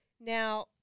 Now